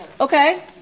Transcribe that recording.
Okay